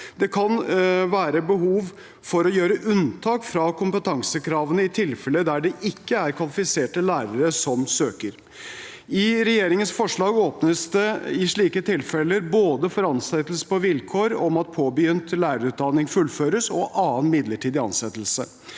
Det kan være behov for å gjøre unntak fra kompetansekravene i tilfeller der det ikke er kvalifiserte lærere som søker. I regjeringens forslag åpnes det i slike tilfeller både for ansettelse på vilkår om at påbegynt lærerutdanning fullføres og for annen midlertidig ansettelse.